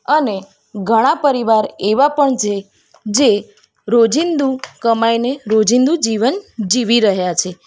અને ઘણા પરિવાર એવાં પણ છે જે રોજિંદુ કમાઇ અને રોજિંદુ જીવન જીવી રહ્યા છે